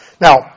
Now